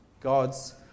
God's